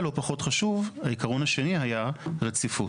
אבל, לא פחות חשוב, העקרון השני היה רציפות.